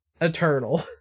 eternal